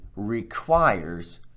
requires